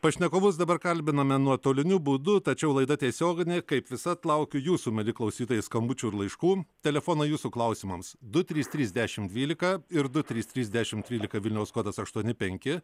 pašnekovus dabar kalbiname nuotoliniu būdu tačiau laida tiesioginė kaip visad laukiu jūsų mieli klausytojai skambučių ir laiškų telefonai jūsų klausimams du trys trys dešim dvylika ir du trys trys dešim trylika vilniaus kodas aštuoni penki